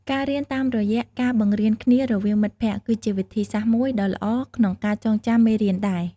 ការរៀនតាមរយៈការបង្រៀនគ្នារវាងមិត្តភក្តិ ក៏ជាវិធីសាស្រ្តមួយដ៏ល្អក្នុងការចងចាំមេរៀនដែរ។